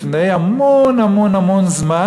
לפני המון המון המון זמן,